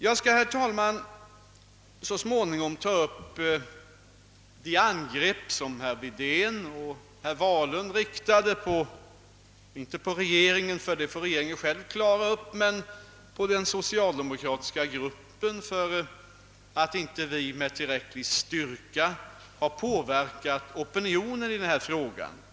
Jag skall, herr talman, så småningom ta upp de angrepp som herrar Wedén och Wahlund riktade, inte mniot regeringen — dem får regeringen själv klara upp — utan mot den socialdemokratiska gruppen för att vi inte med tillräcklig styrka hade påverkat opinionen i denna fråga.